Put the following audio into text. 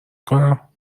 کنم